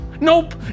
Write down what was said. Nope